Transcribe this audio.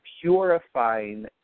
purifying